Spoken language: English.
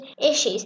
issues